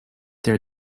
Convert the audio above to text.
there